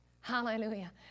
Hallelujah